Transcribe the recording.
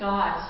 God